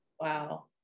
wow